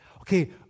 Okay